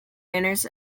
manners